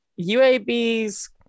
UAB's